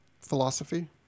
Philosophy